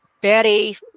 Betty